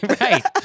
Right